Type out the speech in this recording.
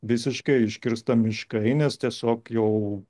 visiškai iškirsta miškai nes tiesiog jau